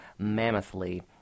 mammothly